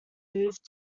moved